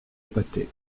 pâté